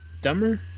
dumber